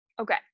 Okay